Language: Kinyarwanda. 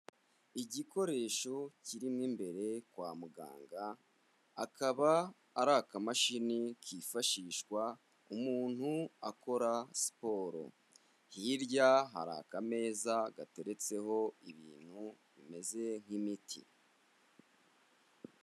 Igikoresho kirimo imbere kwa muganga, akaba ari akamashini kifashishwa umuntu akora siporo, hirya hari akameza gateretseho ibintu bimeze nk'imiti.